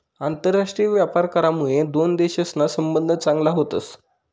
आंतरराष्ट्रीय व्यापार करामुये दोन देशसना संबंध चांगला व्हतस